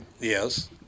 Yes